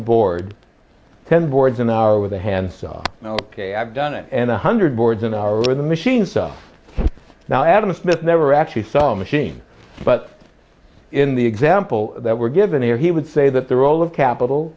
a board ten boards an hour with a handsaw ok i've done it and one hundred boards an hour with a machine stuff now adam smith never actually saw a machine but in the example that we're given here he would say that the role of capital